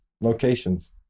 locations